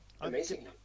Amazing